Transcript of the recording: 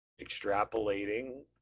extrapolating